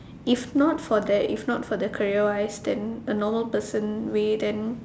if not for that if not for the career wise then a normal person way then